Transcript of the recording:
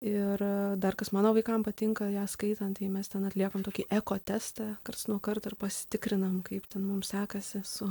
ir dar kas mano vaikam patinka ją skaitant kai mes ten atliekam tokį ekotestą karts nuo karto ir pasitikrinam kaip ten mum sekasi su